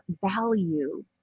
value